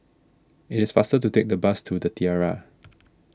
it is faster to take the bus to the Tiara